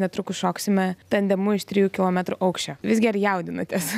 netrukus šoksime tandemu iš trijų kilometrų aukščio visgi ar jaudinatės